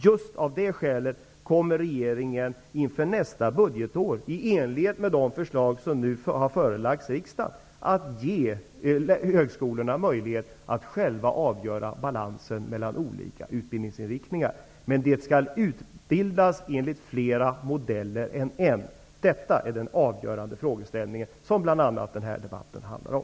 Just av detta skäl kommer regeringen inför nästa budgetår i enlighet med det förslag som nu har förelagts riksdagen att ge högskolorna möjlighet att själva avgöra balansen mellan olika utbildningsinriktningar. Men det skall utbildas enligt flera modeller än en. Detta är den avgörande frågan som bl.a. denna debatt handlar om.